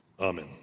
Amen